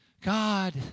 God